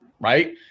right